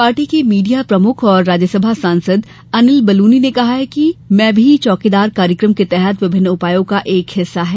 party के media प्रमुख और राज्य सभा सांसद अनिल बलूनी ने कहा कि यह मैं भी चौकीदार कार्यक्रम के तहत विभिन्न उपायों का एक हिस्सा है